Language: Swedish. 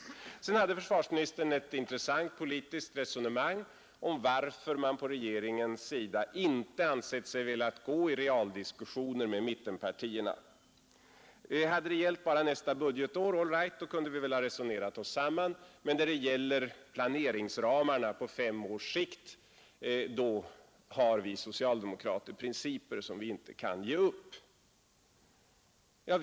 Försvarsministern förde ett intressant politiskt resonemang om varför man på regeringens sida inte ansett sig böra gå i realdiskussioner med mittenpartierna. Hade det gällt bara nästa budgetår, all right, då kunde vi ha resonerat oss samman, men när det gäller planeringsramarna på fem års sikt, då har vi socialdemokrater principer som vi inte kan ge upp, sade försvarsministern.